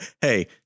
hey